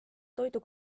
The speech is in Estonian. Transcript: toidu